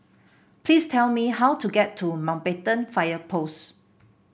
please tell me how to get to Mountbatten Fire Post